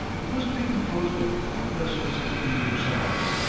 it was to be composed of four vessels of medium size,